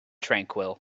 tranquil